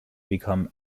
become